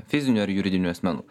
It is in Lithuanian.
fizinių ar juridinių asmenų